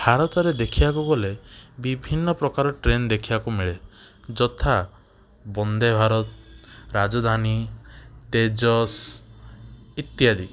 ଭାରତରେ ଦେଖିବାକୁ ଗଲେ ବିଭିନ୍ନପ୍ରକାର ଟ୍ରେନ ଦେଖିବାକୁ ମିଳେ ଯଥା ବନ୍ଦେ ଭାରତ ରାଜଧାନୀ ତେଜସ୍ ଇତ୍ୟାଦି